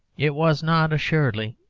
it was not, assuredly,